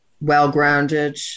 well-grounded